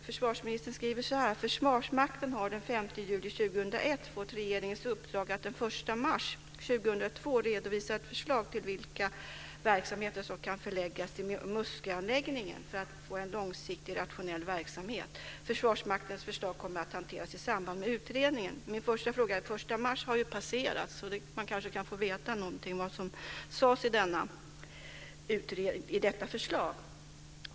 Försvarsministern skriver: "Försvarsmakten har den 5 juli 2001 fått regeringens uppdrag att den 1 mars 2002 redovisa ett förslag till vilka verksamheter som kan förläggas till Musköanläggningen för att få en långsiktigt rationell verksamhet. Försvarsmaktens förslag kommer att hanteras i samband med utredningen." Den 1 mars har ju passerat, så man kanske kan få veta någonting om vad som sades i detta förslag.